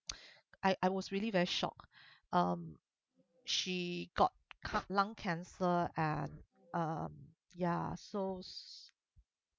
I I was really very shock um she got c~ lung cancer and um ya so